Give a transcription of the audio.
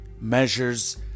measures